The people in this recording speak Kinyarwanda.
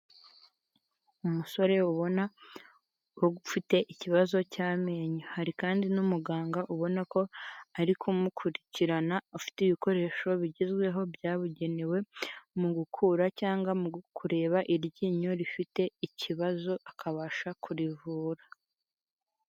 Umusore ubona ufite ikibazo cy'amenyo hari kandi n'umuganga ubona ko ari kumukurikirana ufite ibikoresho bigezweho byabugenewe mu gukura cyangwa mu kureba iryinyo rifite ikibazo akabasha kurivura.